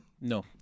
No